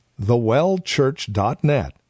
thewellchurch.net